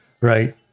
Right